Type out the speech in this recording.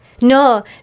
No